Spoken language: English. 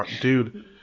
dude